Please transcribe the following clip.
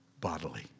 bodily